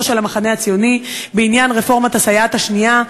של המחנה הציוני בעניין רפורמת הסייעת השנייה.